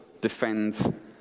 defend